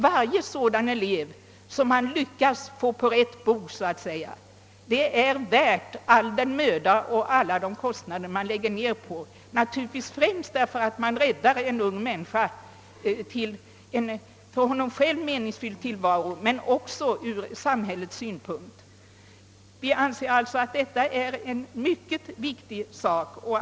Varje sådan elev som man lyckas få på rätt bog är värd all den möda och alla de kostnader man lägger ned härpå, naturligtvis främst därför att man räddar en ung människa till en för henne själv meningsfull tillvaro, men också ur samhällets synpunkt. Vi anser alltså att detta är en mycket viktig fråga.